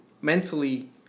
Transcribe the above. mentally